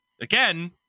again